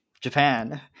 Japan